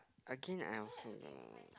I think I also no